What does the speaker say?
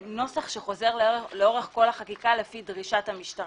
הנוסח שחוזר לאורך כל החקיקה מדבר על "לפי דרישת המשטרה".